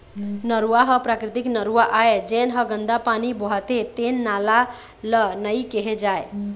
नरूवा ह प्राकृतिक नरूवा आय, जेन ह गंदा पानी बोहाथे तेन नाला ल नइ केहे जाए